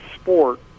sport